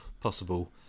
possible